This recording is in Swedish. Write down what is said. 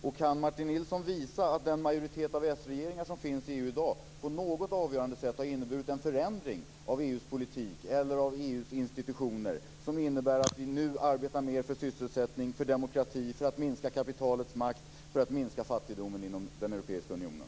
Och kan Martin Nilsson visa att den majoritet av s-regeringar som finns i EU i dag på något avgörande sätt har inneburit en förändring av EU:s politik eller av EU:s institutioner som innebär att vi nu arbetar mer för sysselsättning, för demokrati, för att minska kapitalets makt och för att minska fattigdomen inom den europeiska unionen?